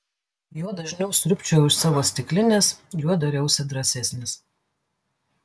juo dažniau sriubčiojau iš savo stiklinės juo dariausi drąsesnis